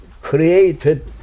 created